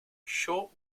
short